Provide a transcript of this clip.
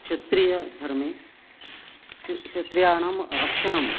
क्षत्रीयधर्मे क्ष क्षत्रियाणां रक्षणं